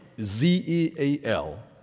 Z-E-A-L